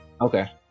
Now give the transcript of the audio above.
Okay